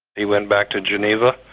he went back to geneva,